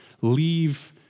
leave